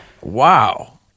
Wow